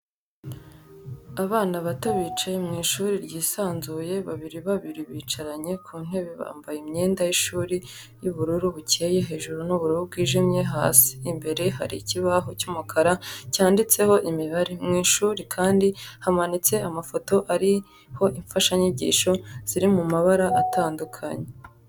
Abana bato bicaye mw'ishuri ryisanzuye babiri babiri bicaranye ku ntebe bambaye imyenda y'ishuri y'ubururu bucyeye hejuru n'ubururu bwijimye hasi, imbere hari ikibaho cy'umukara cyanditseho imibare, mw'ishuri kandi hamanitse amafoto ariho imfashanyigisho ziri mu mabara atandukanye